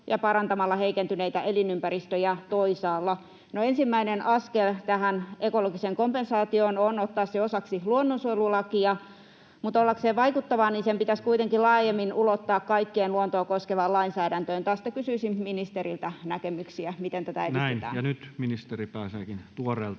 ja parantamalla heikentyneitä elinympäristöjä toisaalla. Ensimmäinen askel tähän ekologiseen kompensaatioon on ottaa se osaksi luonnonsuojelulakia. Mutta ollakseen vaikuttavaa se pitäisi kuitenkin laajemmin ulottaa kaikkeen luontoa koskevaan lainsäädäntöön. Tästä kysyisin ministeriltä näkemyksiä, miten tätä edistetään. [Speech 404] Speaker: Toinen